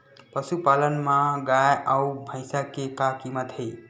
पशुपालन मा गाय अउ भंइसा के का कीमत हे?